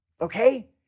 okay